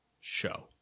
show